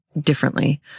differently